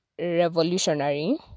revolutionary